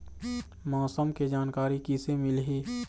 मौसम के जानकारी किसे मिलही?